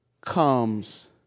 comes